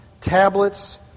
tablets